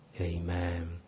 Amen